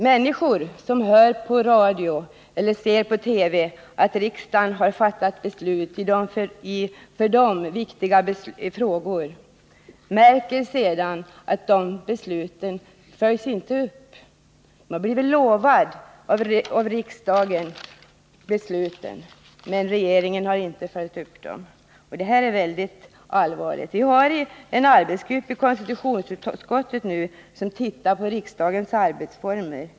Människor som hör på radio eller ser på TV att riksdagen fattat beslut i för dem viktiga frågor märker sedan att besluten inte följs upp. Dessa människor har blivit lovade av riksdagen att besluten skall följas, men det har regeringen inte gjort, och det är väldigt allvarligt. Vi har i konstitutionsutskottet en arbetsgrupp som ser över riksdagens arbetsformer.